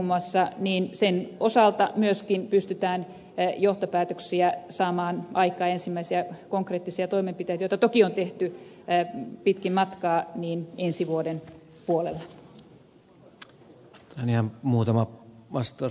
muun muassa sen osalta myöskin pystytään johtopäätöksiä saamaan aikaan ja ensimmäisiä konkreettisia toimenpiteitä joita toki on tehty pitkin matkaa ensi vuoden puolella